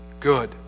good